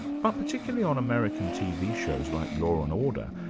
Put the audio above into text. but particularly on american tv shows like law and order,